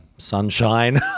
Sunshine